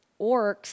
Orcs